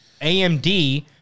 AMD